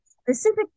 specific